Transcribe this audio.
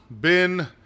Bin